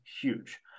huge